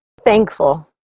Thankful